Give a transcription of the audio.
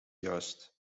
juist